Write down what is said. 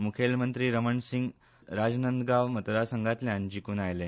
मुखेल मंत्री रमण सिंग राजनंदगाव मतदारसंघातल्यान जिकून आयले